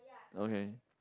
okay